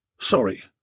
sorry